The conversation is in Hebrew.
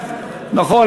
נכון,